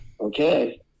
okay